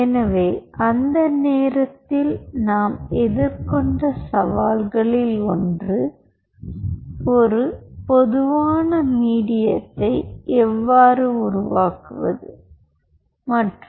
எனவே அந்த நேரத்தில் நாம் எதிர்கொண்ட சவால்களில் ஒன்று ஒரு பொதுவான மீடியத்தை எவ்வாறு உருவாக்குவது மற்றும்